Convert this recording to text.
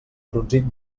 brunzit